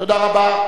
תודה רבה.